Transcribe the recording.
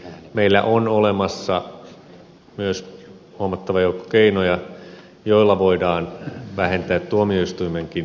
meillä on olemassa myös huomattava joukko keinoja joilla voidaan vähentää tuomioistuimenkin taakkaa